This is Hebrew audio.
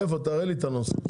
תראה לי את הנוסח.